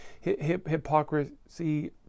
hypocrisy